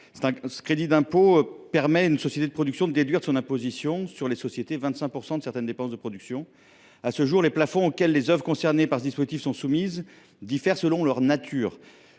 Le crédit d’impôt visé permet à une société de production de déduire de son impôt sur les sociétés 25 % de certaines dépenses de production. À ce jour, les plafonds auxquels les œuvres concernées par ce dispositif sont soumises diffèrent selon leur nature.